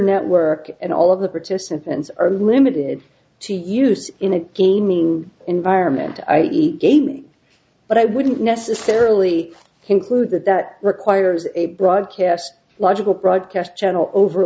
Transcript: network and all of the participants are limited to use in a gaming environment i eat game but i wouldn't necessarily conclude that that requires a broadcast logical broadcast channel